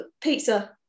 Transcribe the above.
pizza